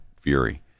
fury